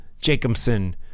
jacobson